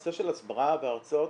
הנושא של הסברה והרצאות,